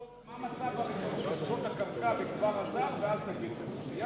ראוי לבדוק מה מצב רכישות הקרקע בכפר-אז"ר ואז נבין מצוין,